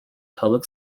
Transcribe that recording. public